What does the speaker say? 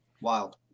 Wild